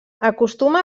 acostuma